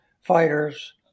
fighters